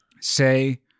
say